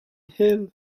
halle